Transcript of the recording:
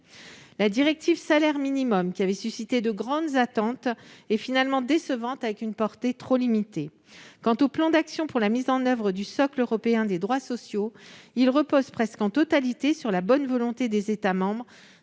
dans l'Union européenne, qui avait suscité de grandes attentes, est finalement décevante, sa portée étant trop limitée. Quant au plan d'action pour la mise en oeuvre du socle européen des droits sociaux, il repose presque en totalité sur la bonne volonté des États membres,